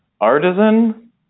artisan